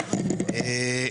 בעיתי,